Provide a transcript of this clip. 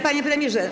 Panie premierze.